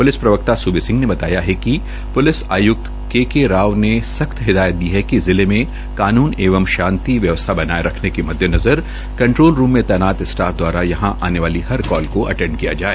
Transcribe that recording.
police प्रवक्ता सूबे सिंग ने बताया कि प्लिस आय्क्त के के राव ने सख़्त हिदायत दी हैं कि जिले में कानून एवं शांति व्यवस्था बनाए रखने के मद्देनजर कन्ट्रोल रूम मे तैनात स्टाफ दवारा यहां आने वाली हर काल को अटेंड किया जाए